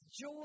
joy